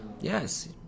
Yes